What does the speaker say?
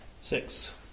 Six